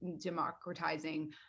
democratizing